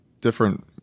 different